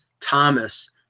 Thomas